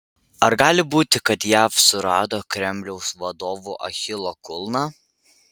ar gali būti kad jav surado kremliaus vadovų achilo kulną